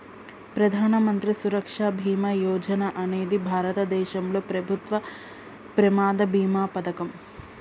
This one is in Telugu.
ప్రధాన మంత్రి సురక్ష బీమా యోజన అనేది భారతదేశంలో ప్రభుత్వం ప్రమాద బీమా పథకం